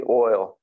oil